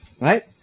right